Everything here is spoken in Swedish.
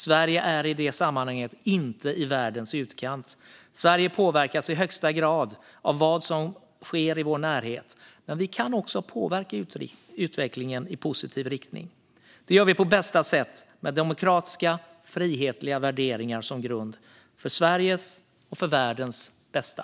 Sverige är i det sammanhanget inte i världens utkant. Sverige påverkas i högsta grad av vad som sker i vår närhet. Men vi kan också påverka utvecklingen i positiv riktning. Det gör vi på bästa sätt med demokratiska frihetliga värderingar som grund för Sveriges och världens bästa.